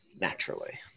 naturally